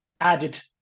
added